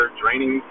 draining